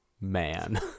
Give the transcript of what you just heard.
man